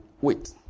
Wait